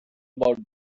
about